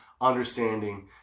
understanding